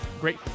great